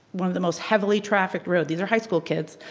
one of the most heavily trafficked road. these are high school kids,